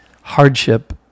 hardship